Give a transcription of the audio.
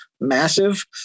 massive